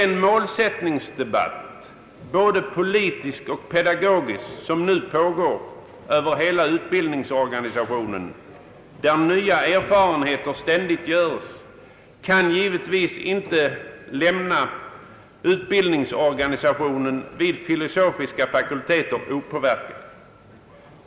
Den målsättningsdebatt — både politisk och pedagogisk — som nu pågår inom hela utbildningsorganisationen, där nya erfarenheter ständigt görs, kan givetvis inte lämna utbildningsorganisationen vid filosofiska fakulteter opåverkad.